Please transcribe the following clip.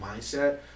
mindset